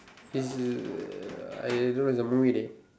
is I don't like the movie leh